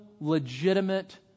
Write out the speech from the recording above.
legitimate